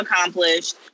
accomplished